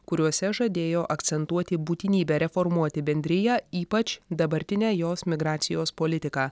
kuriuose žadėjo akcentuoti būtinybę reformuoti bendriją ypač dabartinę jos migracijos politiką